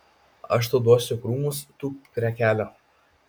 aš tau duosiu krūmus tūpk prie kelio